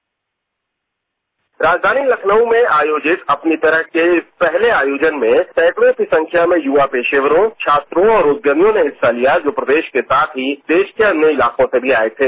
bite राजधानी लखनऊ में आयोजित अपनी तरह के इस पहले आयोजन में सैंकड़ों की संख्यो में युवा पेशेवरों छात्रों और उद्यमियों ने हिस्सा लिया जो प्रदेश के साथ ही देश के अन्यउ इलाकों से आये थे